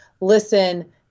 listen